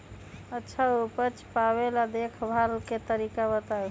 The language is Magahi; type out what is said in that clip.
अच्छा उपज पावेला देखभाल के तरीका बताऊ?